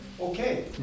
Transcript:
okay